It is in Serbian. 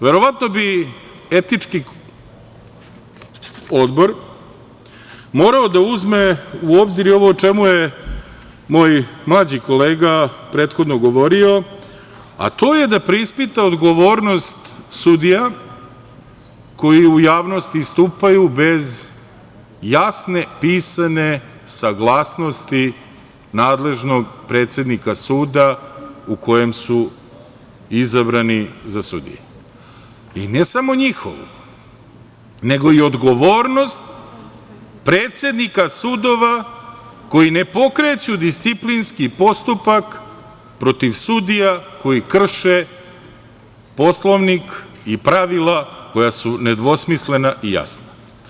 Verovatno bi Etički odbor morao da uzme u obzir i ovo o čemu je moj mlađi kolega prethodno govorio, a to je da preispita odgovornost sudija koji u javnosti istupaju bez jasne, pisane saglasnosti nadležnog predsednika suda u kojem su izabrani za sudije i ne samo njihovu, nego i odgovornost predsednika sudova koji ne pokreću disciplinski postupak protiv sudija koji kreše Poslovnik i pravila koja su nedvosmislena i jasna.